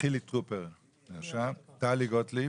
טלי גוטליב.